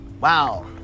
Wow